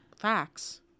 facts